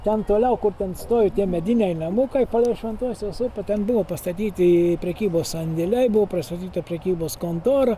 ten toliau kur ten stovi tie mediniai namukai palei šventosios upę ten buvo pastatyti prekybos sandėliai buvo prastatyta prekybos kontora